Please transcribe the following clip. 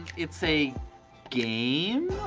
it's a game.